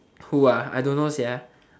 who ah I don't know sia